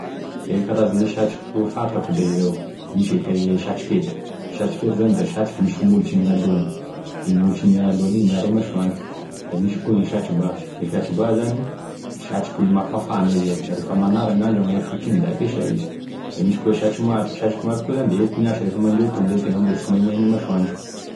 E karazan'e satroko fantako da izao, misy e satrokety, e satrokety zany da satroky misy molotriny gn'alohany, da igny molotriny amign'alohany igny miaro amy masoandro, da misy koa gne satroba,e satroba zany satroky mampafana izy io, rehefa manara gn'andro ame gn'asotry igny da hampesay izy, da misy koa e satromahapy,e satromahapy koa zany da ety miasa rehefa mandeha atonda itegna amizay tsy maimaine masoandro.